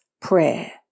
prayer